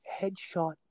headshot